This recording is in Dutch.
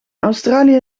australië